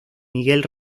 miguel